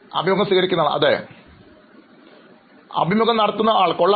അഭിമുഖം സ്വീകരിക്കുന്നയാൾ അതെ അഭിമുഖം നടത്തുന്നയാൾകൊള്ളാം